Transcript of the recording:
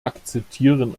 akzeptieren